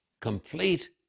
complete